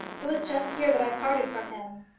it was just here that i parted from him.